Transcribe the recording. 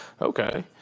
okay